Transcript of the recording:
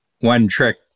one-trick